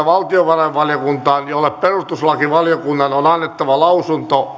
valtiovarainvaliokuntaan jolle perustuslakivaliokunnan on annettava lausunto